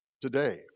today